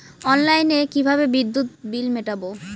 অনলাইনে কিভাবে বিদ্যুৎ বিল মেটাবো?